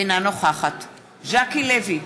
אינה נוכחת ז'קי לוי,